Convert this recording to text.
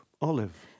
Olive